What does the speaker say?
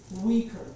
weaker